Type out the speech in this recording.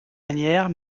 manière